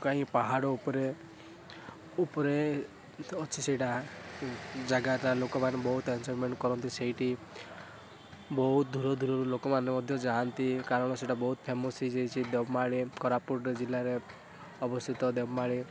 କାହିଁ ପାହାଡ଼ ଉପରେ ଉପରେ ଅଛି ସେଇଟା ଜାଗାଟା ଲୋକମାନେ ବହୁତ ଏନ୍ଜୟମେଣ୍ଟ କରନ୍ତି ସେଇଟି ବହୁ ଦୂର ଦୂରରୁ ଲୋକମାନେ ମଧ୍ୟ ଯାଆନ୍ତି କାରଣ ସେଇଟା ବହୁତ ଫେମସ୍ ହେଇଯାଇଛି ଦେଓମାଳି କୋରାପୁଟ ଜିଲ୍ଲାରେ ଅବସ୍ଥିତ ଦେଓମାଳି